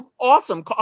Awesome